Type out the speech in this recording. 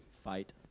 fight